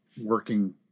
working